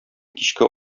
кичке